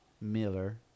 Miller